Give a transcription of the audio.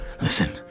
listen